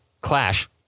Clash